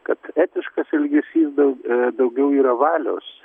kad etiškas elgesys daug daugiau yra valios